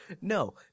No